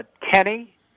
Kenny